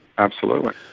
absolutely.